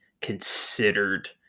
considered